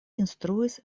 instruis